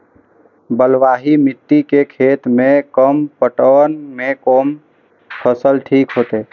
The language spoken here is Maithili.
बलवाही मिट्टी के खेत में कम पटवन में कोन फसल ठीक होते?